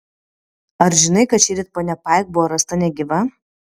ar žinai kad šįryt ponia paik buvo rasta negyva